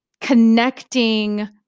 connecting